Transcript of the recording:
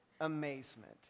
amazement